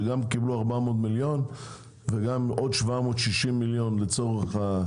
שגם קיבלו 400 מיליון וגם עוד 760 מיליון לצורך ה,